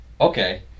okay